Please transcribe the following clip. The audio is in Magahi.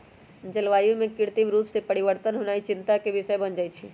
जलवायु में कृत्रिम रूप से परिवर्तन होनाइ चिंता के विषय बन जाइ छइ